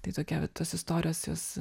tai tokia va tos istorijos jos